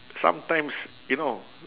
sometimes you know